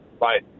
Right